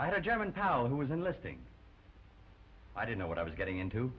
i had a german pow who was enlisting i didn't know what i was getting into